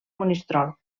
monistrol